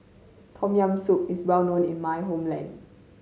Tom Yam Soup is well known in my homeland